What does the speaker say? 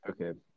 Okay